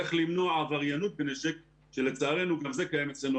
איך למנוע עבריינות בנשק שלצערנו גם זה קיים אצלנו